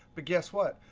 but guess what?